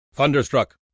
Thunderstruck